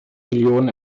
millionen